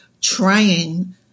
trying